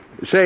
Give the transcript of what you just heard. Say